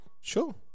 Sure